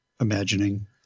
imagining